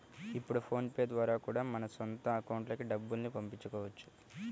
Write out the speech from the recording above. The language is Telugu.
ఇప్పుడు ఫోన్ పే ద్వారా కూడా మన సొంత అకౌంట్లకి డబ్బుల్ని పంపించుకోవచ్చు